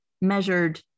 measured